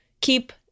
keep